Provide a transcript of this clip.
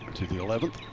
to the eleventh.